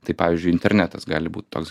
tai pavyzdžiui internetas gali būt toks